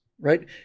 right